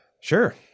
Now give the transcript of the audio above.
Sure